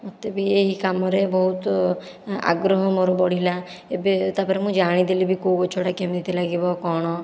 ମୋତେ ବି ଏହି କାମରେ ବହୁତ ଆଗ୍ରହ ମୋର ବଢ଼ିଲା ଏବେ ତାପରେ ମୁଁ ଜାଣିଦେଲି ବି କେଉଁ ଗଛଗୁଡ଼ାକ କେମିତି ଲାଗିବ କ'ଣ